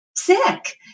sick